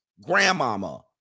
Grandmama